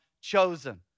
chosen